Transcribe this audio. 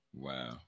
Wow